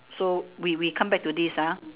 so we we come back to this ah